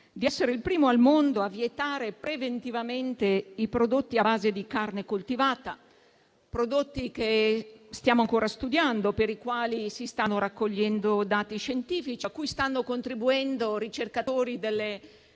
di essere il primo al mondo a vietare preventivamente i prodotti a base di carne coltivata, prodotti che stiamo ancora studiando, per i quali si stanno raccogliendo dati scientifici, a cui stanno contribuendo i ricercatori delle